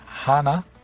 Hana